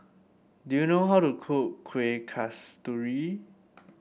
do you know how to cook Kuih Kasturi